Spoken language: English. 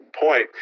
point